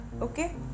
Okay